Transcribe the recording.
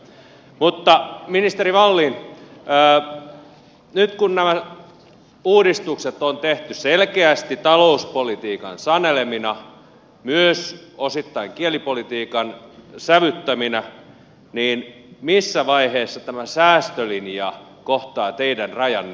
mutta ministeri wallin nyt kun nämä puhdistukset on tehty selkeästi talouspolitiikan sanelemina myös osittain kielipolitiikan sävyttäminä niin missä vaiheessa tämä säästölinja kohtaa teidän rajanne